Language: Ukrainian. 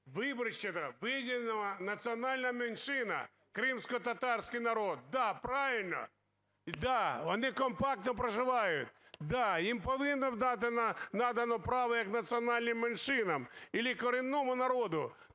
право, виділена національна меншина – кримськотатарський народ. Да, правильно, да, вони компактно проживають, да, їм повинно надано право як національним меншинам или корінному народу.